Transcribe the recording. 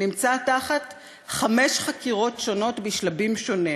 "נמצא תחת חמש חקירות שונות בשלבים שונים.